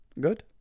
good